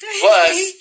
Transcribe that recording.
Plus